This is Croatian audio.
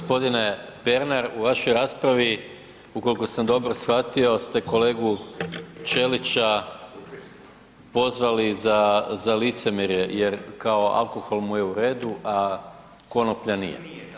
Gospodine Pernar u vašoj raspravi ukoliko sam dobro shvatio ste kolegu Ćeliću prozvali za licemjerje, jer kao alkohol mu je u redu, a konoplja nije.